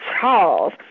Charles